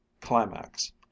climax